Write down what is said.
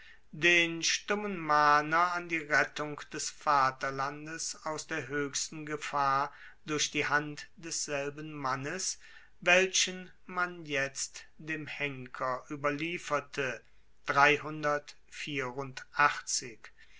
den stummen mahner an die rettung des vaterlandes aus der hoechsten gefahr durch die hand desselben mannes welchen man jetzt dem henker ueberlieferte